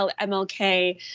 MLK